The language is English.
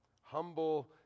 Humble